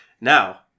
Now